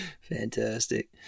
Fantastic